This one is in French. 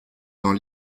dans